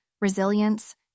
resilience